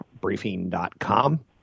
briefing.com